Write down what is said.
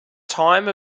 time